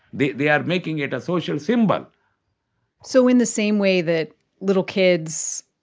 they they are making it a social symbol so in the same way that little kids,